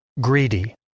Greedy